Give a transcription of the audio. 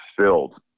filled